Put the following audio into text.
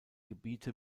gebiete